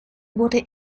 wurde